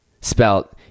spelt